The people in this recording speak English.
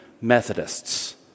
Methodists